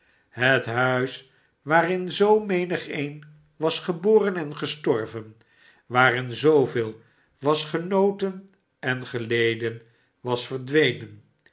het huis waarin zoo menigeen was geboren en gestorven waarin zooveel was genoten en geleden was verdwenen